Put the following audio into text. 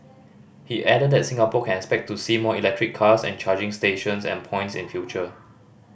he added that Singapore can expect to see more electric cars and charging stations and points in future